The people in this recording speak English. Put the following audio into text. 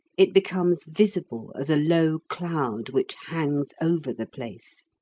it becomes visible as a low cloud which hangs over the place.